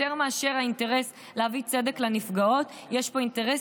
יותר מהאינטרס להביא צדק לנפגעות יש פה אינטרס